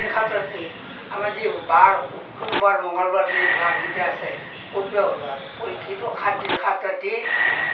সাত দিন সাত ৰাতি আমাৰ যি বাৰ সোমবাৰ মঙ্গলবাৰ যি বাৰকেইটা আছে ক'ৰ পৰা ওলাল সেইটো সাত দিন সাত ৰাতি